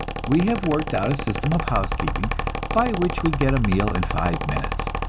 we have worked out a system of housekeeping by which we get a meal in five minutes,